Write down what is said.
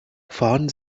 fahren